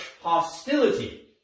hostility